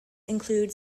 include